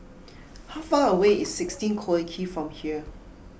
how far away is Sixteen Collyer Quay from here